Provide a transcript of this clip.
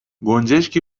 گنجشکی